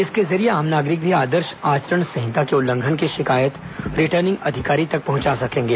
इसके जरिए आम नागरिक भी आदर्श आचरण संहिता के उल्लंघन की शिकायत रिटर्निंग अधिकारी तक पहुंचा सकेंगे